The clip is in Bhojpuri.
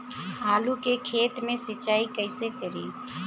आलू के खेत मे सिचाई कइसे करीं?